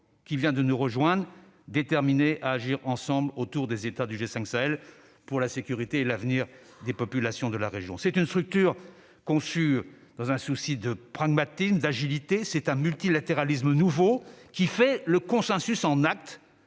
qui vient de nous rejoindre -sont déterminés à agir ensemble autour des États du G5 Sahel pour la sécurité et l'avenir des populations de la région. C'est une structure conçue dans un souci de pragmatisme, d'agilité. C'est un multilatéralisme nouveau, une sorte de consensus en acte